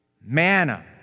manna